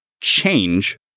Change